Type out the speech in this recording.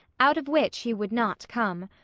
out of which he would not come.